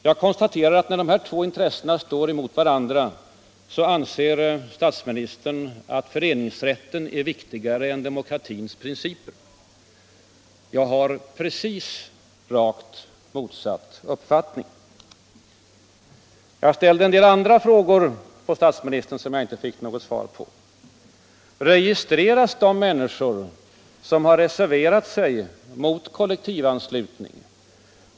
Jag konstaterar att när dessa två intressen strider mot varandra, då anser statsministern att föreningsrätten är viktigare än demokratins principer. Jag har den rakt motsatta uppfattningen. Jag ställde en del andra frågor till statsministern som jag inte fick något svar på. Registreras de människor som har reserverat sig mot kollektivanslutning?